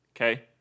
Okay